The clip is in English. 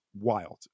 wild